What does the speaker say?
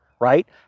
right